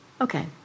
Okay